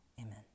Amen